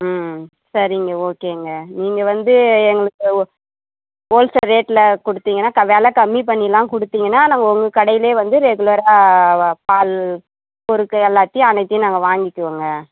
ம் சரிங்க ஓகேங்க நீங்கள் வந்து எங்களுக்கு ஓ ஹோல் சேல் ரேட்டில் கொடுத்தீங்கன்னா க விலை கம்மி பண்ணியெல்லாம் கொடுத்தீங்கன்னா நாங்கள் உங்கள் கடையிலேயே வந்து ரெகுலராக பால் பொருட்கள் எல்லாத்தையும் அனைத்தையும் நாங்கள் வாங்கிக்குவோங்க